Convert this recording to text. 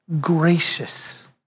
gracious